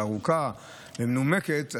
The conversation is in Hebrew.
ארוכה ומנומקת,